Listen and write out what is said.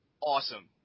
awesome